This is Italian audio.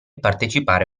partecipare